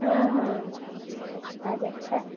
అదే కాస్త